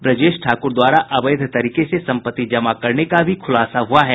ब्रजेश ठाक्र द्वारा अवैध तरीके से संपत्ति जमा करने का भी खुलासा हुआ है